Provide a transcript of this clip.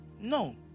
No